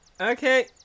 Okay